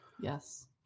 yes